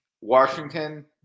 Washington